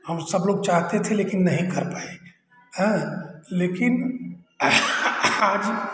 हम सब लोग चाहते थे लेकिन नहीं कर पाए हें लेकिन आज